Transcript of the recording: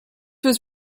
was